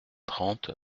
trente